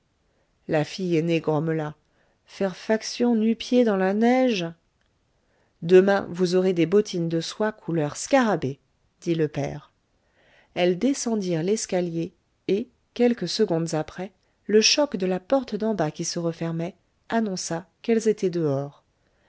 la fille aînée grommela faire faction nu-pieds dans la neige demain vous aurez des bottines de soie couleur scarabée dit le père elles descendirent l'escalier et quelques secondes après le choc de la porte d'en bas qui se refermait annonça qu'elles étaient dehors